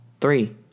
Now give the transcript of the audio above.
three